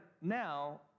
now